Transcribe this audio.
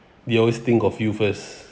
they always think of you first